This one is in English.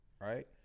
right